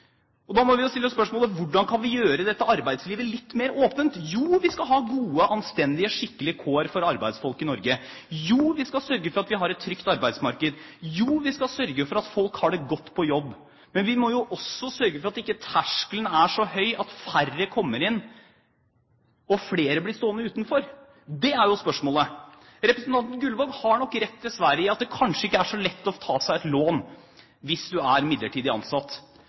arbeid. Da må vi jo stille oss spørsmålet: Hvordan kan vi gjøre dette arbeidslivet litt mer åpent? Jo, vi skal ha gode, anstendige, skikkelige kår for arbeidsfolk i Norge. Jo, vi skal sørge for at vi har et trygt arbeidsmarked. Jo, vi skal sørge for at folk har det godt på jobb. Men vi må også sørge for at ikke terskelen er så høy at færre kommer inn, og at flere blir stående utenfor. Det er jo spørsmålet. Representanten Gullvåg har nok dessverre rett i at det kanskje ikke er så lett å ta opp et lån hvis du er midlertidig ansatt,